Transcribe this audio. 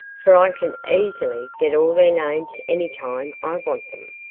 for i can easily get all their names any time i want them.